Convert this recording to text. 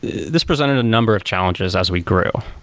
this presented a number of challenges as we grew.